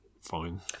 fine